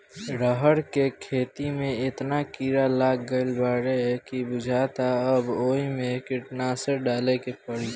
रहर के खेते में एतना कीड़ा लाग गईल बाडे की बुझाता अब ओइमे कीटनाशक डाले के पड़ी